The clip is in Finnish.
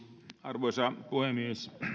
arvoisa puhemies